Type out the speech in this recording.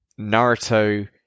Naruto